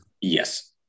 Yes